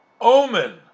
omen